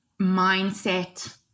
mindset